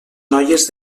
noies